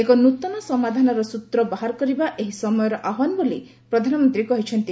ଏକ ନୃତନ ସମାଧାନର ସ୍ନୁତ୍ର ବାହାର କରିବା ଏହି ସମୟର ଆହ୍ୱାନ ବୋଲି ପ୍ରଧାନମନ୍ତ୍ରୀ କହିଛନ୍ତି